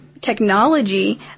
technology